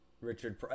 Richard –